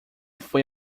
foi